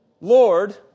Lord